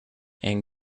and